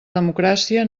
democràcia